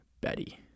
Betty